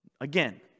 Again